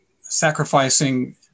sacrificing